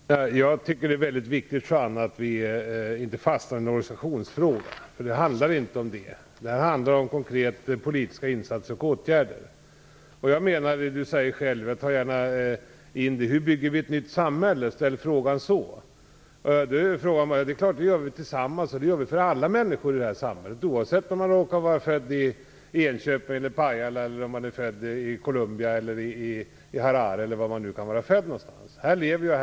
Herr talman! Jag tycker att det är väldigt viktigt att vi inte fastnar i en organisationsfråga, därför att det handlar inte om det. Det handlar om konkreta politiska insatser och åtgärder. Juan Fonseca ställer själv frågan: Hur bygger vi upp ett nytt samhälle? Det är klart att vi gör det tillsammans. Det gör vi för alla människor i samhället, oavsett om man råkar vara född i Enköping, Pajala, Colombia eller Harare; här lever jag och här bor jag.